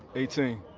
eighteen.